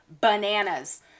bananas